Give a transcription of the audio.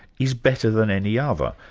is better than any other.